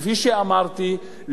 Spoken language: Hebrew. כפי שאמרתי,